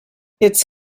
its